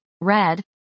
red